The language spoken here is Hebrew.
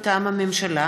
מטעם הממשלה: